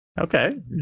okay